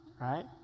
right